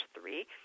three